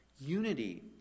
unity